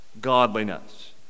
godliness